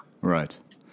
Right